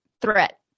threat